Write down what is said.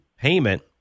payment